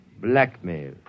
Blackmail